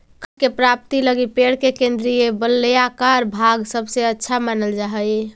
काष्ठ के प्राप्ति लगी पेड़ के केन्द्रीय वलयाकार भाग सबसे अच्छा मानल जा हई